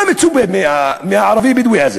מה מצופה מהערבי-בדואי הזה